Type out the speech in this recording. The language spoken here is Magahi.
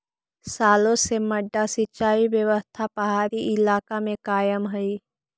सालो से मड्डा सिंचाई व्यवस्था पहाड़ी इलाका में कायम हइ